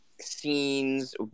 scenes